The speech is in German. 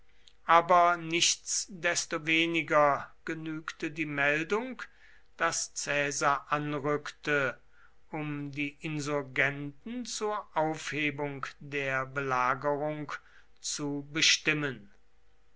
aber nichtsdestoweniger genügte die meldung daß caesar anrückte um die insurgenten zur aufhebung der belagerung zu bestimmen